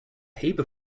haber